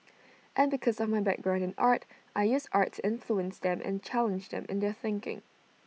and because of my background in art I use art to influence them and challenge them in their thinking